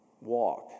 Walk